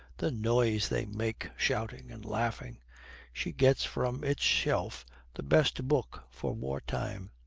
the noise they make, shouting and laughing she gets from its shelf the best book for war-time.